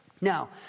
Now